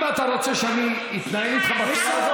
אם אתה רוצה שאני אתנהל איתך בצורה הזאת,